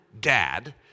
dad